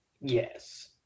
Yes